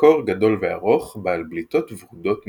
המקור גדול וארוך, בעל בליטות ורודות מתחתיו.